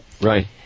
Right